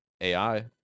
AI